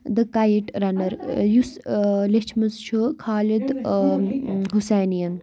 the kite runner یُس لِؠچھمٕژ چھِ خالِد ٲں حُسِیٖنِیَن